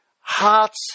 Hearts